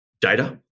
data